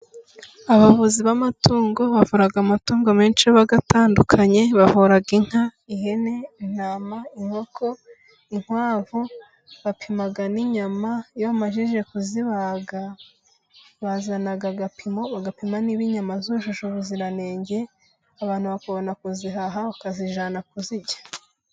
Abavuzi b'amatungo， bavura amatungo menshi agatandukanye， bavura inka， ihene，intama， inkoko， inkwavu， bapima n'inyama， iyo bamajije kuzibaga， bazana agapimo bagapima niba inyama zujuje ubuziranenge，abantu bakabona kuzihaha，bakazijyana kuzirya.